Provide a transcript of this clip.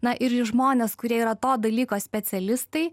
na ir į žmones kurie yra to dalyko specialistai